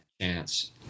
chance